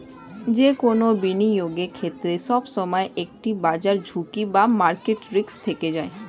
যে কোনো বিনিয়োগের ক্ষেত্রে, সবসময় একটি বাজার ঝুঁকি বা মার্কেট রিস্ক থেকেই যায়